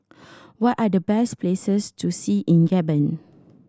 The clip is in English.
what are the best places to see in Gabon